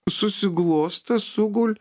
susiglosto sugul